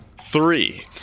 Three